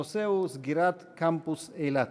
הנושא הוא: סגירת קמפוס אילת.